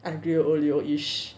aglio olio-ish